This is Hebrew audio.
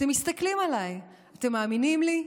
אתם מסתכלים עליי, אתם מאמינים לי?